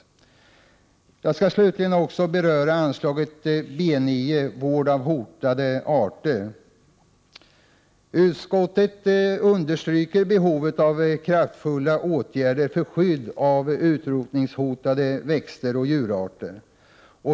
Jag skall slutligen beröra anslaget B9 Vård av hotade arter m.m. Utskottet understryker behovet av kraftfulla åtgärder för skydd av utrotningshotade växtoch djurarter.